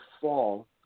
fall